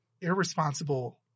irresponsible